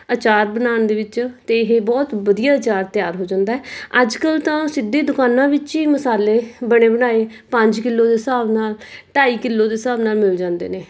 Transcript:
ਅਚਾਰ ਬਣਾਉਣ ਦੇ ਵਿੱਚ ਅਤੇ ਇਹ ਬਹੁਤ ਵਧੀਆ ਅਚਾਰ ਤਿਆਰ ਹੋ ਜਾਂਦਾ ਅੱਜ ਕੱਲ੍ਹ ਤਾਂ ਸਿੱਧੇ ਦੁਕਾਨਾਂ ਵਿੱਚ ਹੀ ਮਸਾਲੇ ਬਣੇ ਬਣਾਏ ਪੰਜ ਕਿਲੋ ਦੇ ਹਿਸਾਬ ਨਾਲ ਢਾਈ ਕਿਲੋ ਦੇ ਹਿਸਾਬ ਨਾਲ ਮਿਲ ਜਾਂਦੇ ਨੇ